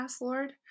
Lord